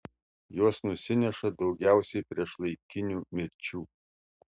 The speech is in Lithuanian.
jos nusineša daugiausiai priešlaikinių mirčių